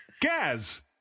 Gaz